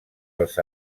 els